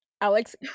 Alex